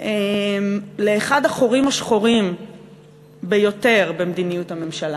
לאחד החורים השחורים ביותר במדיניות הממשלה,